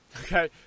Okay